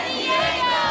Diego